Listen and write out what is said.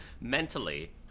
mentally